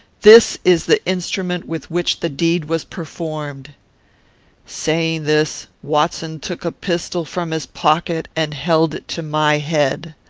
this is the instrument with which the deed was performed saying this, watson took a pistol from his pocket, and held it to my head.